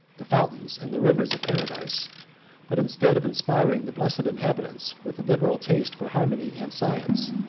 the fountains, and the rivers of paradise but instead of inspiring the blessed inhabitants with a liberal taste for harmony and science,